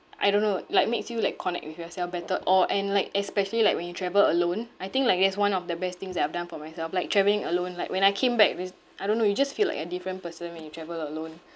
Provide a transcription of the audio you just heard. I don't know like it makes you like connect with yourself better or and like especially like when you travel alone I think like that's one of the best things that I've done for myself like travelling alone like when I came back this I don't know you just feel like a different person when you travel alone